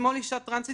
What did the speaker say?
אתמול אישה טרנסית,